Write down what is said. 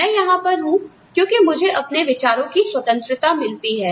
मैं यहां पर हूं क्योंकि मुझे अपने विचारों की स्वतंत्रता मिलती है